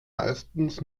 meistens